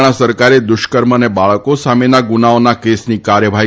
તેલંગણા સરકારે દુષ્કર્મ અને બાળકો સામેના ગુનાઓના કેસની કાર્યવાહી